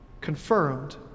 confirmed